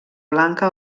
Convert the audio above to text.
blanca